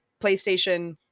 PlayStation